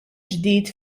ġdid